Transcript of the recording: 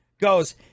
goes